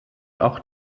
auch